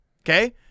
okay